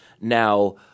Now